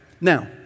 now